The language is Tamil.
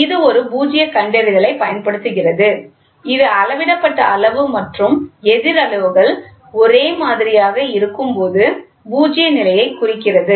இது ஒரு பூஜ்ய கண்டறிதலைப் பயன்படுத்துகிறது இது அளவிடப்பட்ட அளவு மற்றும் எதிர் அளவுகள் ஒரே மாதிரியாக இருக்கும்போது பூஜ்ய நிலையைக் குறிக்கிறது